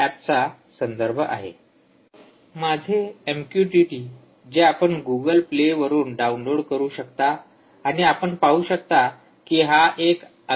विद्यार्थी संदर्भ वेळ 4946 माझे एमक्यूटीटी जे आपण गुगल प्ले वरून डाउनलोड करू शकता आणि आपण पाहू शकता की हा एक अगदी सोपा इंटरफेस आहे